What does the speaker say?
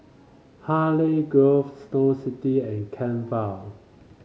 Hartley Grove Snow City and Kent Vale